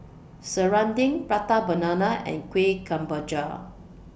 Serunding Prata Banana and Kueh Kemboja